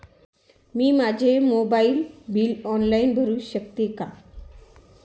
मी माझे mobile bill online भरू शकते का?